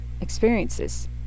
experiences